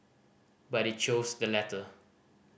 but they chose the latter